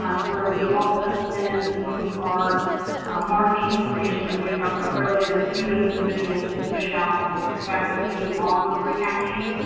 ah to where we also send some of our marketing information that we had talked about earlier to those individuals to push out the fact that we do offer free captioning.